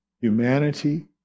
humanity